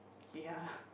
ya